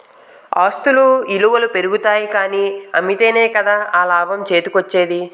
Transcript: ఆస్తుల ఇలువలు పెరుగుతాయి కానీ అమ్మితేనే కదా ఆ లాభం చేతికోచ్చేది?